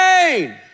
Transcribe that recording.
Pain